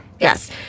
Yes